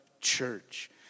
Church